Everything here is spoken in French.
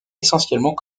essentiellement